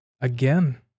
again